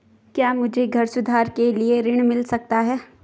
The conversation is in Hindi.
क्या मुझे घर सुधार के लिए ऋण मिल सकता है?